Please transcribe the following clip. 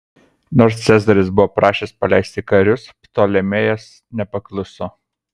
nors cezaris buvo prašęs paleisti karius ptolemėjas nepakluso